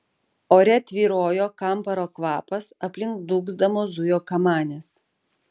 ore tvyrojo kamparo kvapas aplink dūgzdamos zujo kamanės